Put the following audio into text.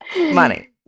Money